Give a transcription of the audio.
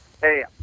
hey